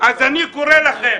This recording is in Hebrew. אז אני קורא לכם,